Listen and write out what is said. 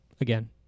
Again